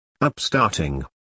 Upstarting